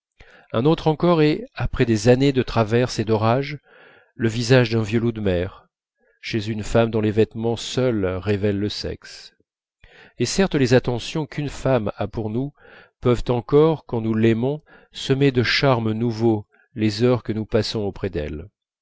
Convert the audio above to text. un autre encore est après des années de traverses et d'orages le visage d'un vieux loup de mer chez une femme dont les vêtements seuls révèlent le sexe et certes les attentions qu'une femme a pour nous peuvent encore quand nous l'aimons semer de charmes nouveaux les heures que nous passons auprès d'elle